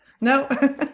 no